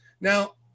Now